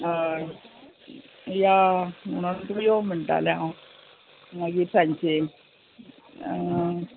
होय या म्हण तुमी यो म्हणटाले हांव मागीर सांचे